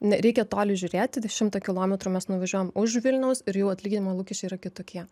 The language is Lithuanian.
nereikia toli žiūrėti d šimtą kilometrų mes nuvažiuojam už vilniaus ir jau atlyginimo lūkesčiai yra kitokie